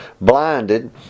blinded